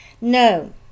No